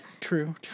True